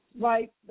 right